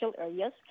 areas